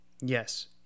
Yes